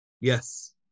Yes